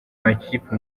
amakipe